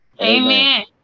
Amen